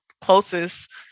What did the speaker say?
closest